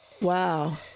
Wow